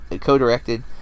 co-directed